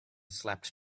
slept